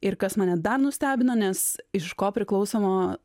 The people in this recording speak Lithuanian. ir kas mane dar nustebino nes iš kopriklausomo